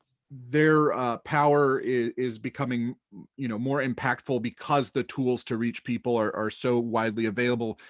their power is becoming you know more impactful because the tools to reach people are so widely available.